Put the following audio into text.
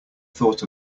thought